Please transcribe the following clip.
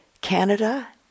Canada